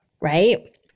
right